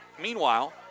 meanwhile